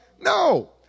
No